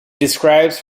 describes